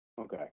Okay